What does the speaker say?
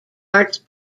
arts